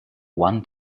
one